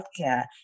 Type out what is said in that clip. healthcare